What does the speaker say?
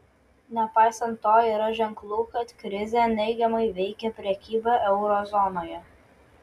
nepaisant to yra ženklų kad krizė neigiamai veikia prekybą euro zonoje